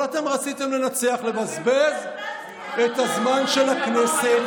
אבל אתם רציתם לנצח, לבזבז את הזמן של הכנסת.